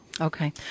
Okay